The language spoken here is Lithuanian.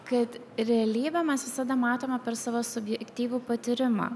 kad realybę mes visada matome per savo subjektyvų patyrimą